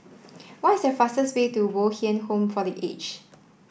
what is the fastest way to Bo Tien Home for the Aged